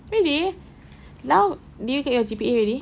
really now did you get your G_P_A already